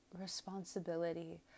responsibility